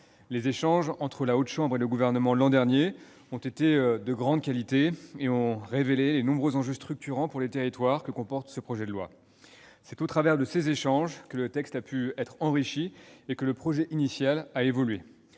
Les échanges qu'ont eus la Haute Assemblée et le Gouvernement lors de la session précédente ont été de grande qualité et ont révélé les nombreux enjeux structurants pour les territoires que comporte ce texte. C'est au travers de ces échanges que celui-ci a pu être enrichi et que le projet initial a évolué.